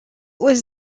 was